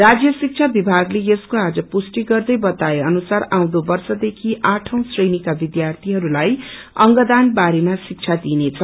राज्य शिक्षा विभागले यसको आज पुष्टी गर्दै बतसण अपुयसा आउँदो वर्षदेखि आठ औं श्रेणीका विध्यार्थीहरूलाई अंगदान बारेमा शिक्षा दिइनेछ